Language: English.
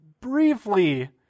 briefly